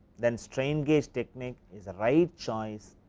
then strain gauge technique is the right choice